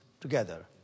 together